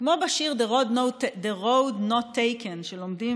כמו בשיר The Road Not Taken שלומדים